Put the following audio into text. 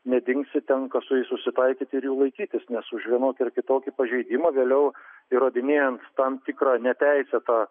nedingsi tenka su jais susitaikyti ir jų laikytis nes už vienokį ar kitokį pažeidimą vėliau įrodinėjant tam tikrą neteisėtą